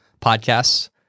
podcasts